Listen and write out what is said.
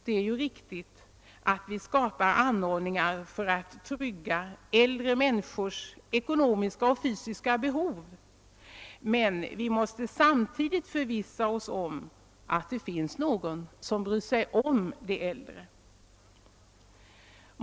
Det är ju riktigt att vi ska par anordningar för att trygga äldre människors ekonomiska och fysiska behov, men vi måste samtidigt förvissa oss om att det finns någon som bryr sig om de äldre.